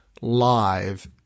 live